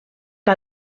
que